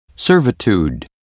servitude